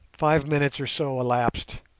five minutes or so elapsed,